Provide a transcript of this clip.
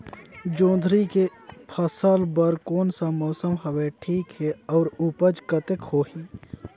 जोंदरी के फसल बर कोन सा मौसम हवे ठीक हे अउर ऊपज कतेक होही?